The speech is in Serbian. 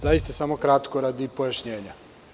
Zaista samo kratko radi pojašnjenja.